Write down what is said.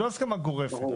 היא לא הסכמה גורפת.